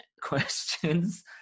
questions